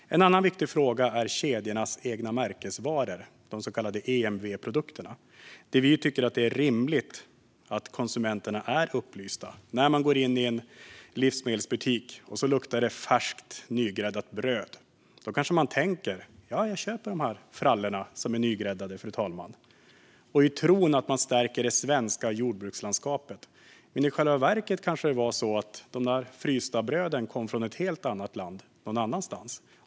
En annan viktig fråga gäller kedjornas egna märkesvaror, de så kallade EMV-produkterna. Vi tycker att det är rimligt att konsumenterna är upplysta. Om det luktar nygräddat bröd när man går in i en livsmedelsbutik kanske man tänker: Ja, jag köper dessa nygräddade frallor. Och man kanske gör det i tron att man stärker det svenska jordbrukslandskapet. Men i själva verket är det kanske frysta bröd som kommer från ett helt annat land.